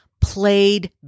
played